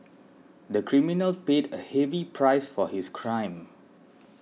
the criminal paid a heavy price for his crime